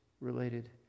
related